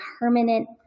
permanent